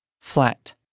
Flat